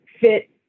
fit